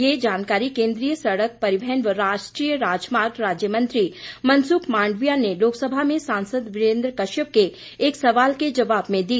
ये जानकारी केंद्रीय सड़क परिवहन व राष्ट्रीय राजमार्ग राज्य मंत्री मनसुख मांडविया ने लोकसभा में सांसद वीरेन्द्र कश्यप के एक सवाल के जवाब में दी